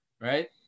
right